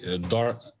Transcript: dark